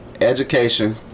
Education